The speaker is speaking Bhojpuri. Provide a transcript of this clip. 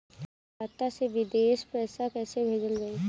खाता से विदेश पैसा कैसे भेजल जाई?